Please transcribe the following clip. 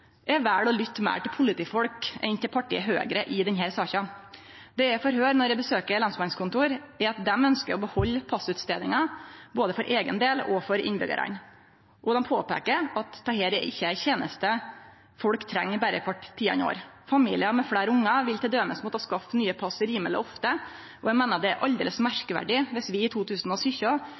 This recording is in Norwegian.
Eg vel å lytte meir til politifolk enn til partiet Høgre i denne saka. Det eg får høyre når eg besøkjer lensmannskontor, er at dei ønskjer å behalde utskriving av pass, både for eigen del og for innbyggjarane. Og dei påpeiker at dette ikkje er ei teneste folk treng berre kvart tiande år. Familiar med fleire ungar vil t.d. måtte skaffe nye pass rimeleg ofte, og eg meiner det er aldeles merkverdig dersom vi i 2017